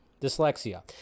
Dyslexia